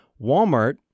Walmart